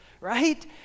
right